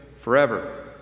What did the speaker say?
forever